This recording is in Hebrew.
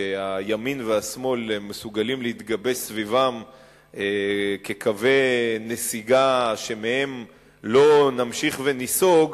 שהימין והשמאל מסוגלים להתגבש סביבם כקווי נסיגה שמהם לא נמשיך וניסוג,